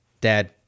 dad